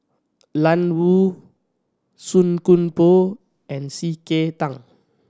Lan Woo Song Koon Poh and C K Tang